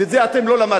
ואת זה אתם לא למדתם.